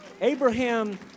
Abraham